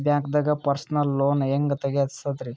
ಬ್ಯಾಂಕ್ದಾಗ personal loan ಹೆಂಗ್ ತಗ್ಸದ್ರಿ?